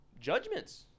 judgments